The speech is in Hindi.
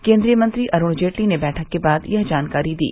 केन्द्रीय मंत्री अरुण जेटली ने बैठक के बाद यह जानकारी दी